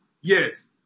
yes